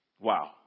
Wow